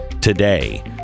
today